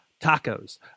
Tacos